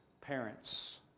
parents